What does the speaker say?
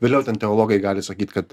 vėliau ten teologai gali sakyt kad